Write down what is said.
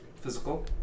physical